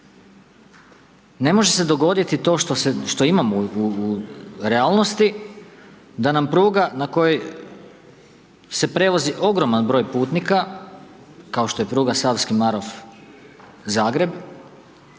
Ne može se dogoditi to što imamo u realnosti, da nam pruga, na kojoj se prevozi ogroman broj putnika, kao što je pruga Savski Marof Zagreb,